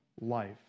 life